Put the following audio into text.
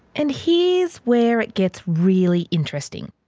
and here is where it gets really interesting